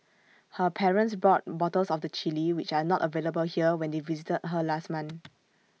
her parents brought bottles of the Chilli which are not available here when they visited her last month